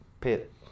pit